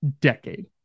decade